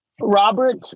Robert